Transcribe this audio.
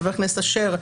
חבר הכנסת אשר,